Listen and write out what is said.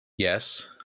Yes